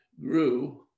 grew